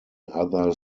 other